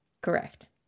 Correct